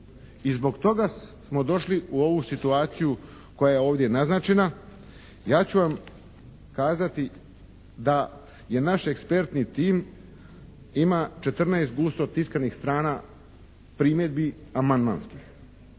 I zbog toga smo došli u ovu situaciju koja je ovdje naznačena. Ja ću vam kazati da naš ekspertni tim ima 14 gusto tiskanih strana primjedbi amandmanskih,